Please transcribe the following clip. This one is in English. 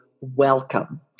welcome